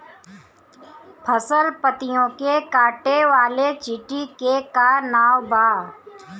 फसल पतियो के काटे वाले चिटि के का नाव बा?